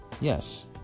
Yes